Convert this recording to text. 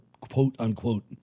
quote-unquote